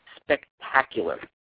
spectacular